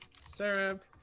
syrup